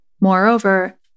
Moreover